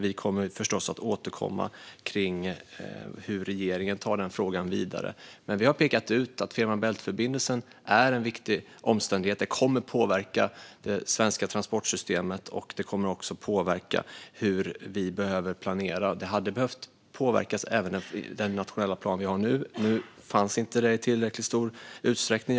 Vi kommer förstås att återkomma till hur regeringen tar frågan vidare. Men vi har pekat ut att Fehmarn Bält-förbindelsen är en viktig omständighet som kommer att påverka det svenska transportsystemet och hur vi behöver planera. Även den nationella plan vi har nu hade behövt påverkas. Det skedde inte i tillräckligt stor utsträckning.